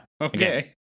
Okay